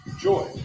Joy